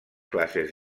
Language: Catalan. classes